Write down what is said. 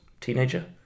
teenager